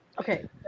okay